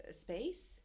space